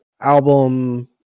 album